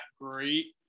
great